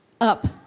up